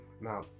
now